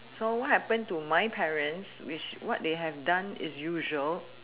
so what happen to my parents which what they have done is usual